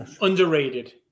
Underrated